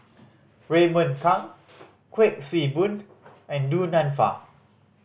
Raymond Kang Kuik Swee Boon and Du Nanfa